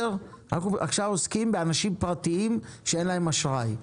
עכשיו אנחנו עוסקים באנשים פרטיים שאין להם אשראי.